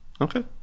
Okay